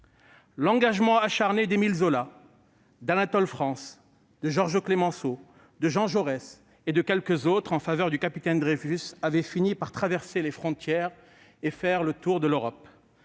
L'engagement acharné d'Émile Zola, d'Anatole France, de Georges Clemenceau, de Jean Jaurès et de quelques autres en faveur du capitaine Dreyfus avait fini par traverser les frontières et faire le tour de l'Europe.